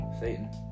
Satan